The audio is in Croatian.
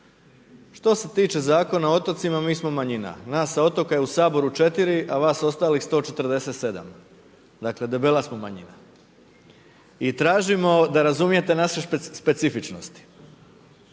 Što se tiče Zakona o otocima, mi smo manjina, nas s otoka je u Saboru 4, a vas ostalih 147. Dakle, debela smo manjina i tražimo da razumijete naše specifičnosti.